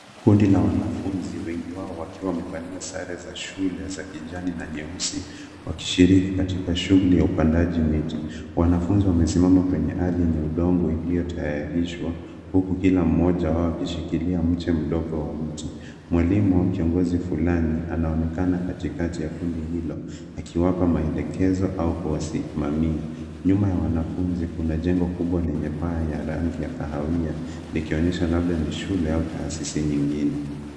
Kundi la wanafunzi wengi wao wakiwa wamevalia sare za shule za kijani na nyeusi, wakishiriki katika shughuli ya upandaji miti. Wanafunzi wamesimama kwenye ardhi yenye udongo iliyotayarishwa, huku kila mmoja wao akishikilia mche mdogo wa mti. Mwalimu au kiongozi fulani anaonekana katikati ya kundi hilo akiwapa maelekezo au kuwasimamia. Nyuma ya wanafunzi kuna jengo kubwa lenye paa ya rangi ya kahawia likionyesha labda ni shule au taasisi nyingine.